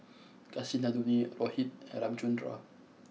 Kasinadhuni Rohit and Ramchundra